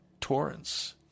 torrents